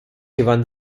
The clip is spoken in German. gewann